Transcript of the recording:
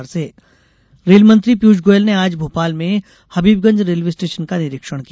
रेलमंत्री दौरा रेल मंत्री पीयूष गोयल ने आज भोपाल में हबीबगंज रेल्वे स्टेशन का निरीक्षण किया